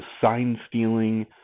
sign-stealing